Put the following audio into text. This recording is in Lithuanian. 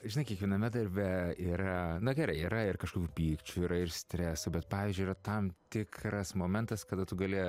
žinai kiekviename darbe yra na gerai yra ir kažkokių pykčių yra ir streso bet pavyzdžiui yra tam tikras momentas kada tu gali